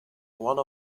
one